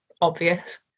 obvious